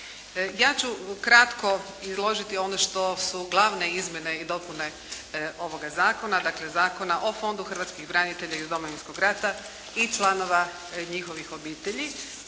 Ja ću ukratko izložiti ono što su glavne izmjene i dopune ovoga zakona. Dakle, Zakona o Fondu hrvatskih branitelja iz Domovinskog rata i članova njihovih obitelji.